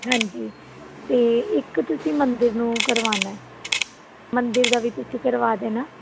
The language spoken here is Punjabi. ਹਾਂਜੀ ਅਤੇ ਇੱਕ ਤੁਸੀਂ ਮੰਦਰ ਨੂੰ ਕਰਵਾਉਣਾ ਮੰਦਰ ਦਾ ਵੀ ਤੁਸੀਂ ਕਰਵਾ ਦੇਣਾ